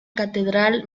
catedral